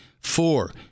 Four